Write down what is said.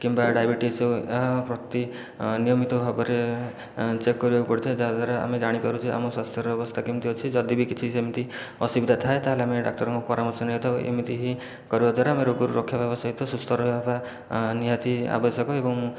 କିମ୍ବା ଡାଇବେଟିସ ହେଉ ଏହାପ୍ରତି ନିୟମିତ ଭାବରେ ଚେକ୍ କରିବାକୁ ପଡ଼ିଥାଏ ଯାହା ଦ୍ୱାରା ଆମେ ଜାଣିପାରୁ ଯେ ଆମର ସ୍ଵାସ୍ଥ୍ୟର ଅବସ୍ଥା କେମିତି ଅଛି ଯଦି ବି କିଛି ଯେମିତି ଅସୁବିଧା ଥାଏ ତା'ହେଲେ ଆମେ ଡାକ୍ତରଙ୍କ ପରାମର୍ଶ ନେଇଥାଉ ଏମିତି ହିଁ କରିବା ଦ୍ୱାରା ଆମେ ରୋଗରୁ ରକ୍ଷା ପାଇବା ସହିତ ସୁସ୍ଥ ରହିବା ନିହାତି ଆବଶ୍ୟକ ଏବଂ